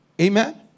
Amen